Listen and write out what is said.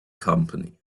company